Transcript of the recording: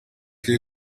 che